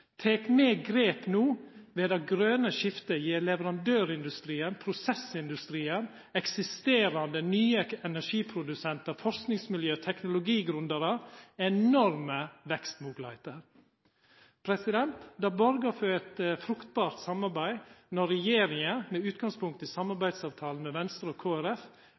Tek me grep no, vil det grøne skiftet gjeve leverandørindustrien, prosessindustrien, eksisterande og nye energiprodusentar, forskingsmiljø og teknologigründarar enorme vekstmoglegheiter. Det borgar for eit fruktbart samarbeid når regjeringa, med utgangspunkt i samarbeidsavtalen med Venstre og